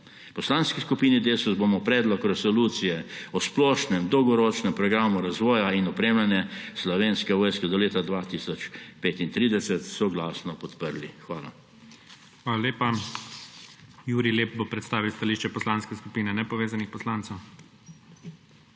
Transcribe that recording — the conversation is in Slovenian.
Poslanski skupini Desus bomo Predlog resolucije o splošnem dolgoročnem programu razvoja in opremljanja Slovenske vojske do leta 2035 soglasno podprli. Hvala. **PREDSEDNIK IGOR ZORČIČ:** Hvala lepa. Jurij Lep bo predstavil stališče Poslanske skupine Nepovezanih poslancev.